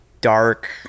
dark